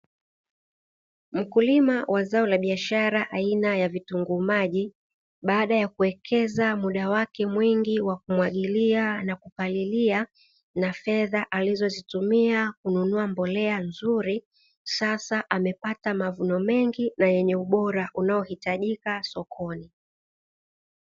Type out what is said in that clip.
Mkulima wa zao la biashara aina vitunguu maji, baada ya kuekeza muda wake mwingi wa kumwagilia na kupalilia, na fedha alizozitumia kununua mbolea nzuri, sasa amepata mavuno mengi na yaliyo bora yanayohitajika sokoni.